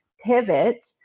pivot